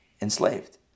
enslaved